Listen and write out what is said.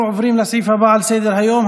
אנחנו עוברים לסעיף הבא על סדר-היום,